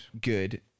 good